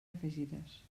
afegides